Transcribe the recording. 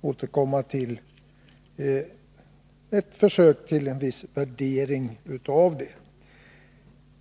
försöka att här göra en värdering av det.